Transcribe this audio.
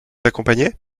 accompagnait